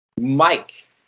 Mike